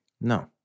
No